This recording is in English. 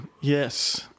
Yes